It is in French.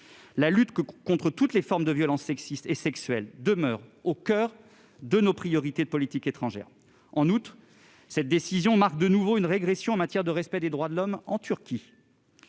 La lutte contre toutes les formes de violences sexistes et sexuelles demeure au coeur de nos priorités de politique étrangère. En outre, cette décision marque de nouveau une régression en matière de respect des droits de l'homme en Turquie,